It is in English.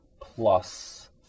plus